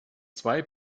zwei